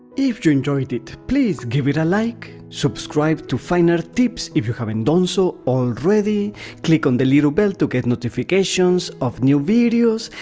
if you enjoyed it, please give it a like! subscribe to fine art-tips, if you haven't done so already click on the little bell to get notifications of new videos.